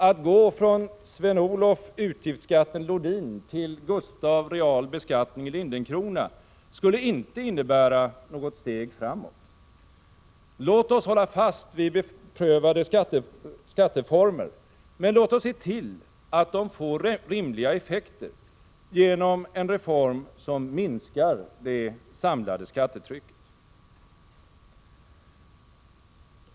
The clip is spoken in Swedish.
Att gå från Sven-Olof ”Utgiftsskatten” Lodin till Gustaf ”Real beskattning” Lindencrona skulle inte innebära något steg framåt. Låt oss hålla fast vid beprövade skatteformer, men låt oss se till att de får rimliga effekter genom en reform som minskar det samlade skattetrycket.